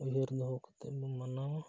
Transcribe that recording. ᱩᱭᱦᱟᱹᱨ ᱫᱚᱦᱚ ᱠᱟᱛᱮ ᱵᱚᱱ ᱢᱟᱱᱟᱣᱟ